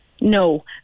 No